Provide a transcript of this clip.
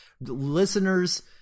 listeners –